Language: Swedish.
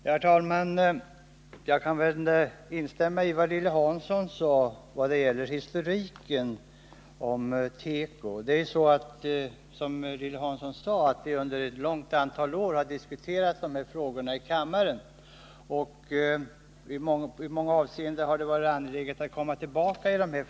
Herr talman! Jag kan instämma i vad Lilly Hansson sade i sin historik om tekoindustrin. Hon nämnde bl.a. att vi under ett stort antal år har diskuterat frågor kring tekoindustrin i kammaren och att det av flera skäl har varit angeläget att komma tillbaka till den.